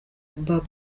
babou